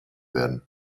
werden